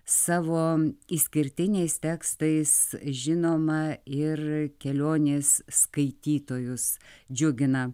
savo išskirtiniais tekstais žinoma ir kelionės skaitytojus džiugina